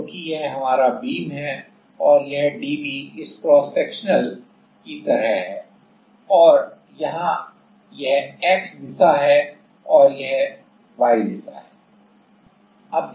क्योंकि यह हमारा बीम है और यह dV इस क्रॉस सेक्शन की तरह है और यहाँ यह x दिशा है और यह y दिशा है